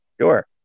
Sure